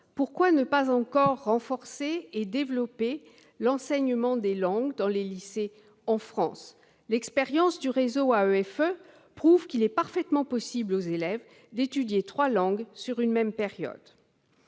Pourquoi ne pas encore renforcer et développer l'enseignement des langues dans les lycées en France ? L'expérience du réseau AEFE prouve qu'il est parfaitement possible aux élèves d'étudier trois langues sur une même période.